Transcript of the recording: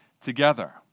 together